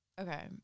Okay